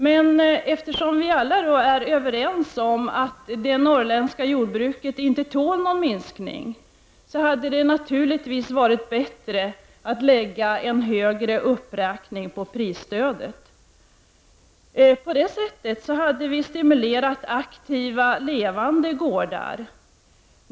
Men eftersom vi alla är överens om att det norrländska jordbruket inte tål någon minskning, hade det naturligtvis varit bättre att i stället räkna upp prisstödet ytterligare. På det sättet hade man stimulerat aktiva, levande gårdar.